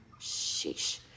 Sheesh